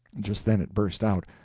just then it burst out,